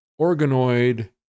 organoid